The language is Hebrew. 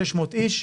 600 איש,